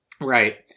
Right